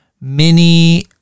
mini